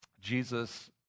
Jesus